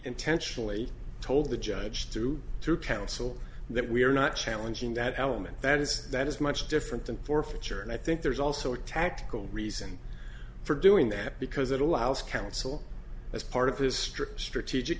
intentionally told the judge through through counsel that we are not challenging that element that is that is much different than forfeiture and i think there's also a tactical reason for doing that because it allows counsel as part of this strict strategic